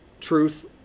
truth